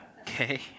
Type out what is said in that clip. Okay